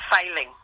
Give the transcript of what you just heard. failing